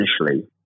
initially